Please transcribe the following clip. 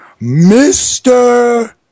Mr